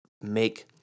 make